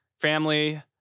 family